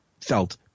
felt